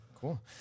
Cool